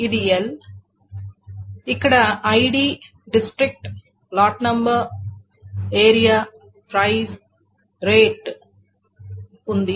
ఇది L ఇక్కడ ID district lot number area price rate ఉంది